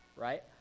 right